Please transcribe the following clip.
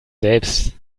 selbst